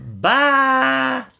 Bye